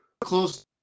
Close